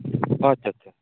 ᱟᱪᱷᱟ ᱟᱪᱷᱟ